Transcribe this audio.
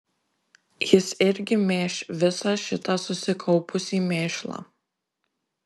jis irgi mėš visą šitą susikaupusį mėšlą